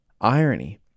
irony